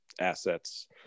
assets